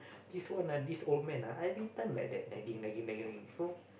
this one lah this old man ah everything like that nagging nagging nagging nagging so